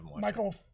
Michael